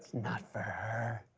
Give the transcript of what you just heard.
not for her.